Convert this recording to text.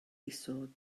isod